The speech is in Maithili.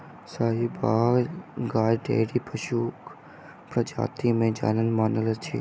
साहिबाल गाय डेयरी पशुक प्रजाति मे जानल मानल अछि